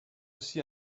aussi